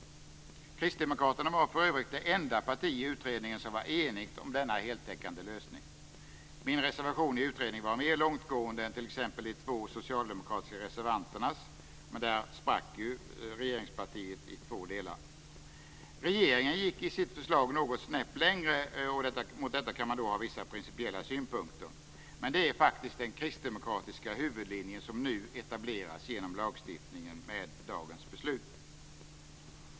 Kristdemokraterna var för övrigt det enda parti i utredningen som var enigt om denna heltäckande lösning. Min reservation i utredningen var mer långtgående än t.ex. de två socialdemokratiska reservanternas - men där sprack ju regeringspartiets front i två delar. Regeringen gick i sitt förslag något snäpp längre, och mot detta kan man ha vissa principiella synpunkter, men det är faktiskt den kristdemokratiska huvudlinjen som med dagens beslut nu etableras genom lagstiftningen.